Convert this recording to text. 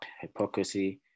hypocrisy